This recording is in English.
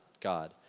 God